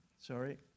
Sorry